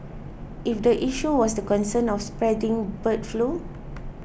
if the issue was the concern of spreading bird flu